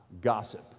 gossip